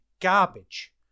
garbage